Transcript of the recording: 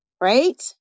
right